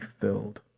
filled